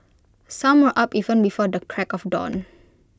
some were up even before the crack of dawn